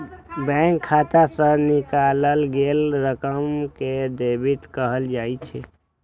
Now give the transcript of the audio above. bank खाता सं निकालल गेल रकम कें डेबिट कहल जाइ छै